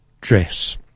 dress